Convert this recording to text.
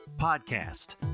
Podcast